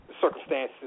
Circumstances